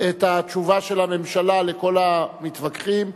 את התשובה של הממשלה לכל המתווכחים.